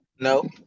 No